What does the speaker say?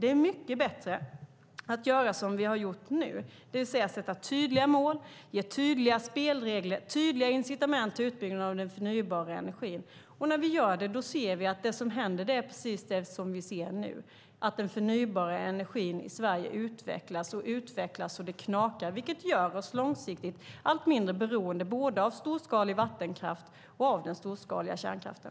Det är mycket bättre att göra som vi har gjort, det vill säga att sätta upp tydliga mål, ge tydliga spelregler och tydliga incitament till utbyggnaden av den förnybara energin. När vi gör det ser vi precis det som händer nu, att den förnybara energin i Sverige utvecklas och utvecklas så det knakar, vilket gör oss långsiktigt allt mindre beroende både av storskalig vattenkraft och av den storskaliga kärnkraften.